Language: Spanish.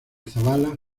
zabala